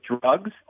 drugs